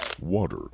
water